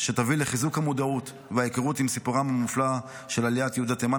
שתביא לחיזוק המודעות וההיכרות עם סיפורה המופלא של עליית יהודי תימן.